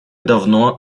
давно